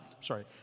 sorry